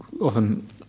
often